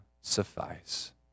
suffice